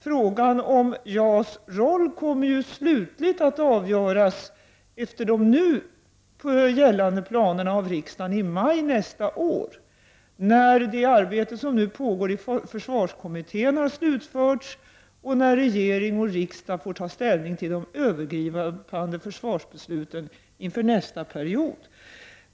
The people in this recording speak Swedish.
Frågan om JAS roll kommer enligt de nu gällande planerna slutligt att avgöras av riksdagen i maj nästa år, när det arbete som nu pågår i försvarskommittén har slutförts och när regering och riksdag har fått ta ställning till de övergripande försvarsbesluten inför nästa period.